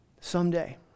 someday